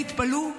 תתפלאו,